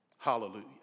Hallelujah